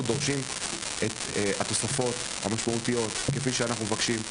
אנחנו דורשים את התוספות המשמעותיות כפי שאנחנו מבקשים.